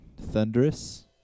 thunderous